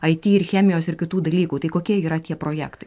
it ir chemijos ir kitų dalykų tai kokie yra tie projektai